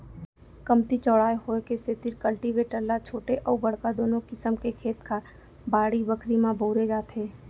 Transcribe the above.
कमती चौड़ाई होय के सेतिर कल्टीवेटर ल छोटे अउ बड़का दुनों किसम के खेत खार, बाड़ी बखरी म बउरे जाथे